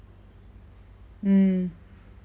mm